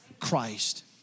Christ